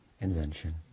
invention